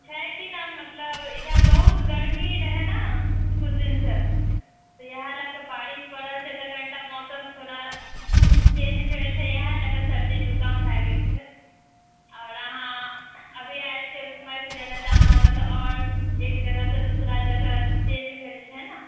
छै कि ने मतलब इधर बहुत गर्मी रहै ने किछु दिनसँ तऽ इएह लए कऽ बारिस पड़ल छै तऽ कनिटा मौसम थोड़ा चेन्ज भेल छै इएह लए कऽ सर्दी जुकाम भए गेल छै आओर अहाँ अभी आएल छिऐ घुमए फिरए लेल तऽ अहाँकेँ तऽ आओर एक जगहसँ दूसरा जगह चेन्ज भेल छै ने